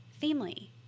family